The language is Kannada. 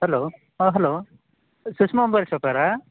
ಹಲೋ ಹಾಂ ಹಲೋ ಸುಷ್ಮಾ ಅಂಬೋರಿ